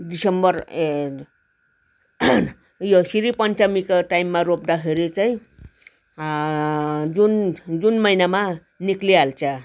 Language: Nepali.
दिसम्बर ए यो श्री पन्चमीको टाइममा रोप्दाखेरि चाहिँ जुन जुन महिनामा निक्लिहाल्छ